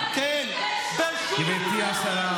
גברתי השרה.